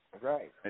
Right